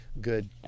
good